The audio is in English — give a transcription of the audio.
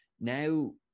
now